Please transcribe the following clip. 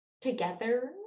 together